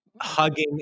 hugging